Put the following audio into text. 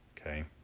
Okay